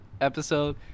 episode